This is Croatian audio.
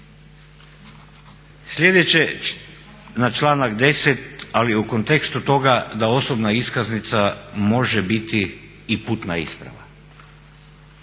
Sljedeće, na članak 10. ali u kontekstu toga da osobna iskaznica može biti i putna isprava.